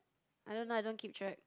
I don't know I don't keep track